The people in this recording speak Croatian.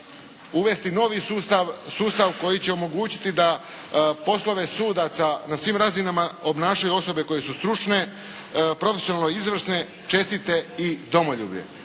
sustav, sustav koji će omogućiti da poslove sudaca na svim razinama obnašaju osobe koje su stručne, profesionalne izvrsne, čestite i domoljubne.